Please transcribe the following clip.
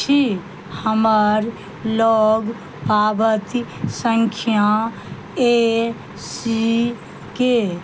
छी हमर लग पाबती सङ्ख्या ए सी के